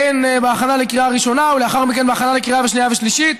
הן בהכנה לקריאה ראשונה ולאחר מכן בהכנה לקריאה שנייה ושלישית.